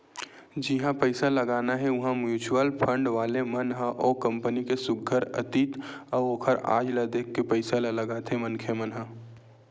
जिहाँ पइसा लगाना हे उहाँ म्युचुअल फंड वाले मन ह ओ कंपनी के सुग्घर अतीत अउ ओखर आज ल देख के पइसा ल लगाथे मनखे मन ह